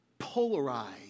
polarized